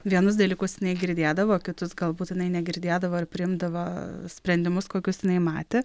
vienus dalykus jinai girdėdavo kitus galbūt jinai negirdėdavo ar priimdavo sprendimus kokius jinai matė